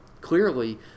Clearly